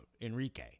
Enrique